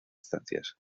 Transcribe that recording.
estancias